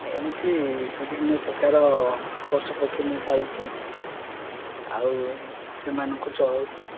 ଏମିତି ବିଭିନ୍ନ ପ୍ରକାର ପଶୁପକ୍ଷୀ ମୁଁ ପାଳିଛି ଆଉ ସେମାନଙ୍କୁ ଚଳାଉଛି